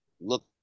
look